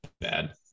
bad